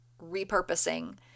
repurposing